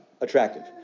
attractive